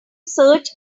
search